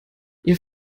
ihr